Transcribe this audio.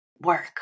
work